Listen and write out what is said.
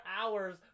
hours